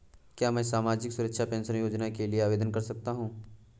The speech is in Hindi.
क्या मैं सामाजिक सुरक्षा पेंशन योजना के लिए आवेदन कर सकता हूँ?